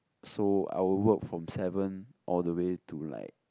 so I will work from seven all the way to like